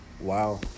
Wow